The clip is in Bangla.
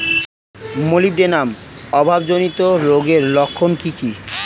মলিবডেনাম অভাবজনিত রোগের লক্ষণ কি কি?